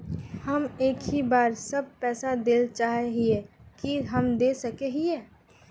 हम एक ही बार सब पैसा देल चाहे हिये की हम दे सके हीये?